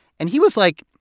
and he was like,